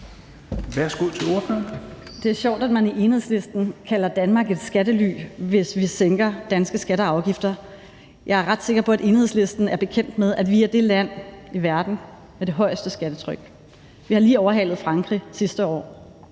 Det er sjovt, at man i Enhedslisten kalder Danmark et skattely, hvis vi sænker danske skatter og afgifter. Jeg er ret sikker på, at Enhedslisten er bekendt med, at vi er det land i verden, der har det højeste skattetryk. Vi har lige overhalet Frankrig sidste år.